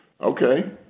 okay